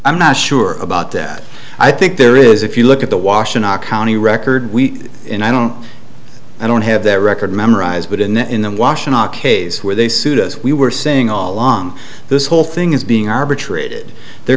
i'm not sure about that i think there is if you look at the washer knox county record week in i don't i don't have their record memorized but in the in the washer not case where they sued us we were saying all along this whole thing is being arbitrated their